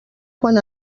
quan